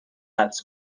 حبس